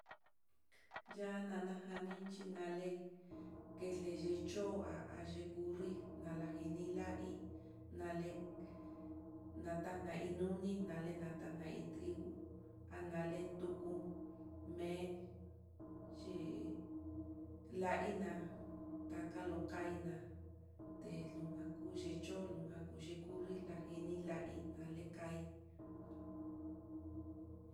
Ya'á nanajani xhinale kelexhicho'a, axhi kurri nala a, kuii nalé nana inuni nale nara iin trigo analen tuku, mé chí la iná takalokaina, ujan kuchi chó olukan kekurri la la hí nalekaí.